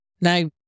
Now